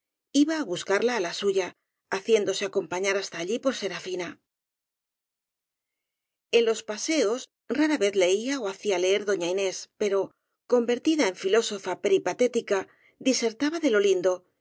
iba á buscarla á la suya haciéndose acompañar hasta allí por serafina en los paseos rara vez leía ó hacía leer doña inés pero convertida en filósofa peripatética di sertaba de lo lindo y